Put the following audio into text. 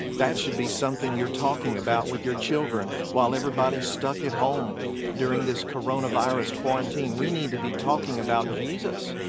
that should be something you're talking about with your children while everybody's stuck at home during this coronavirus quarantine. we need to be talking about jesus.